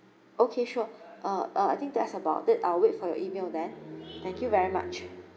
okay sure uh uh I think that's about it I'll wait for your email then thank you very much